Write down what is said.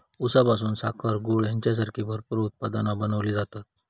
ऊसापासून साखर, गूळ हेंच्यासारखी भरपूर उत्पादना बनवली जातत